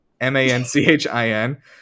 m-a-n-c-h-i-n